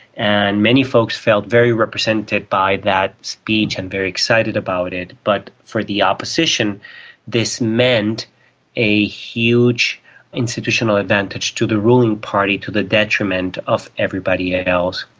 and many folks felt very represented by that speech and very excited about it. but for the opposition this meant a huge institutional advantage to the ruling party, to the detriment of everybody else.